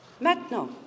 Maintenant